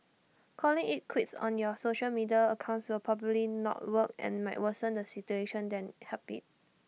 calling IT quits on your social media accounts will probably not work and might worsen the situation than help IT